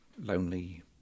lonely